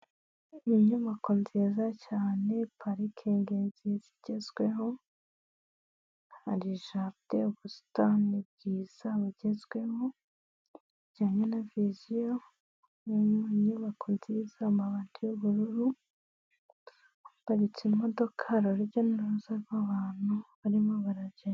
Inyubako nziza cyane parikingi nziza igezweho hari jaride, ubusitani bwiza bugezweho bijyanye na visiyo, inyubako nziza, amabati y'ubururu haparitse imodoka, hari urujya n'uruza rw'abantu barimo baragenda.